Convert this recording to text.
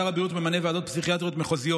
שר הבריאות ממנה ועדות פסיכיאטריות מחוזיות